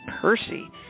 Percy